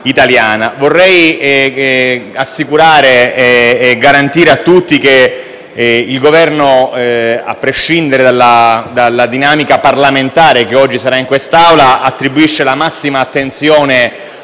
italiane. Vorrei assicurare e garantire a tutti che il Governo, a prescindere dalla dinamica parlamentare che oggi sarà in quest'Assemblea, attribuisce la massima attenzione